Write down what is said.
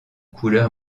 couleur